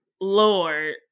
Lord